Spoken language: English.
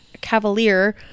Cavalier